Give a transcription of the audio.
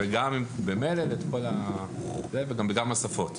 וגם במלל וגם בכמה שפות.